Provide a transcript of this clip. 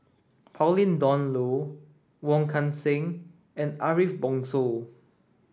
Pauline Dawn Loh Wong Kan Seng and Ariff Bongso